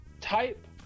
type